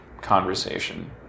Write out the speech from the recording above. conversation